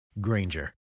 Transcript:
Granger